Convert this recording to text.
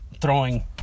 throwing